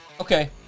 Okay